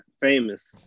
famous